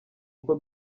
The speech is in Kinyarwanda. uko